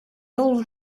old